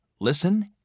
listen